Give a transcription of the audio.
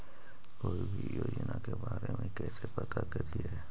कोई भी योजना के बारे में कैसे पता करिए?